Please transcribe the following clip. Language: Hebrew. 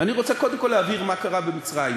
אני רוצה קודם כול להבהיר מה קרה במצרים,